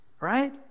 Right